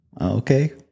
Okay